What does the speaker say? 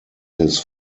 his